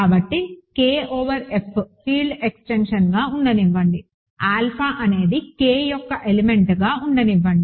కాబట్టి K over F field ఎక్స్టెన్షన్గా ఉండనివ్వండి ఆల్ఫా అనేది K యొక్క ఎలిమెంట్గా ఉండనివ్వండి